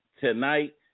tonight